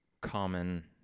common